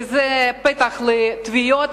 וזה פתח לתביעות,